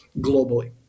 globally